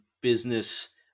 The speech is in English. business